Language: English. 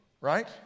right